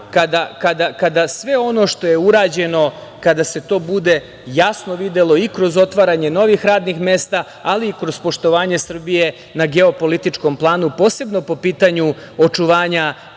kada sve ono što je urađeno, kada se to bude jasno videlo i kroz otvaranje novih radnih mesta, ali i kroz poštovanje Srbije na geopolitičkom planu, posebno po pitanju očuvanja